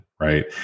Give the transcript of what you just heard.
Right